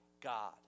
God